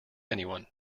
anyone